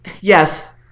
Yes